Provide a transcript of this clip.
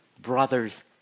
Brothers